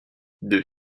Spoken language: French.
deux